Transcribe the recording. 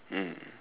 mm